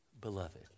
beloved